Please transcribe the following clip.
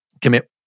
commit